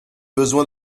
besoin